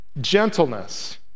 gentleness